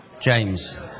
James